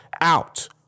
out